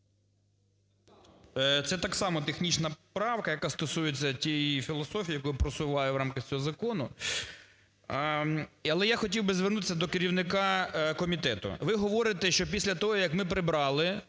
Це так само технічна правка, як стосується тієї філософії, яку я просуваю в рамках цього закону. Але я хотів би звернутися до керівника комітету. Ви говорите, що після того, як ми прибрали